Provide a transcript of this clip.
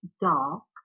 dark